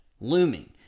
looming